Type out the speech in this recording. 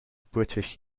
british